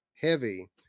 heavy